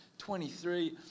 23